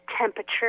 temperature